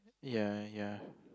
ya ya